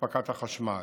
אספקת החשמל.